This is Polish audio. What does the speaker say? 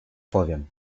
powiem